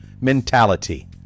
mentality